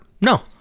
no